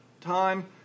time